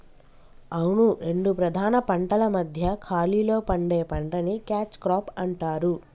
అవును రెండు ప్రధాన పంటల మధ్య ఖాళీలో పండే పంటని క్యాచ్ క్రాప్ అంటారు